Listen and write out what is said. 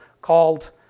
called